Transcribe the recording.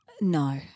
No